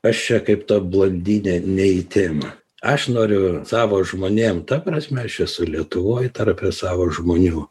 aš čia kaip ta blondinė ne į temą aš noriu savo žmonėm ta prasme aš esu lietuvoj tarp savo žmonių